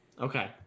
Okay